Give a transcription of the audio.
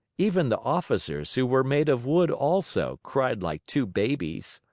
even the officers, who were made of wood also, cried like two babies.